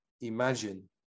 imagine